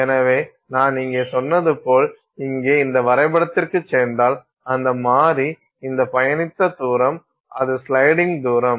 எனவே நான் இங்கே சொன்னது போல் இங்கே இந்த வரைபடத்திற்குச் சென்றால் அந்த மாறி இந்த பயணித்த தூரம் அது ஸ்லைடிங் தூரம்